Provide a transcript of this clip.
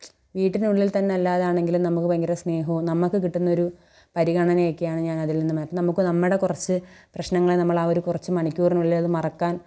വീട്ടിനുള്ളിൽ തന്നെ ഉള്ളവരാണെങ്കിൽ നമുക്ക് ഭയങ്കര സ്നേഹവും നമുക്ക് കിട്ടുന്ന ഒരു പരിഗണന ഒക്കെയാണ് ഞാൻ അതിൽ നിന്നും മന നമുക്ക് നമ്മുടെ കുറച്ച് പ്രശ്നങ്ങൾ നമ്മളെ ആ ഒരു കുറച്ച് മണിക്കൂറിനുള്ളിൽ അത് മറക്കാൻ